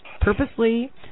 purposely